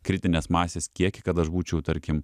kritinės masės kiekį kad aš būčiau tarkim